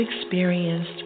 experienced